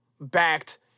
backed